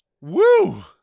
Woo